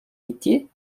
métiers